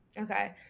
Okay